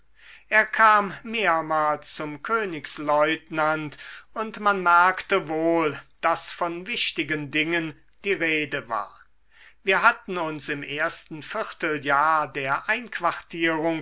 er kam mehrmals zum königslieutenant und man merkte wohl daß von wichtigen dingen die rede war wir hatten uns im ersten vierteljahr der einquartierung